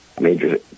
major